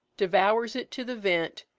devours it to the vent,